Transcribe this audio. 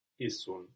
Isun